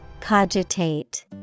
Cogitate